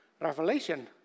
Revelation